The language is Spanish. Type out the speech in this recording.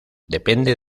depende